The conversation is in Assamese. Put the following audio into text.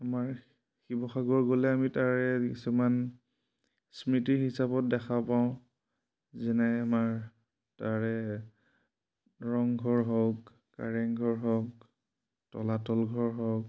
আমাৰ শিৱসাগৰ গ'লে আমি তাৰে কিছুমান স্মৃতি হিচাপত দেখা পাওঁ যেনে আমাৰ তাৰে ৰংঘৰ হওক কাৰেংঘৰ হওক তলাতল ঘৰ হওক